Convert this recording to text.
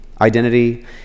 identity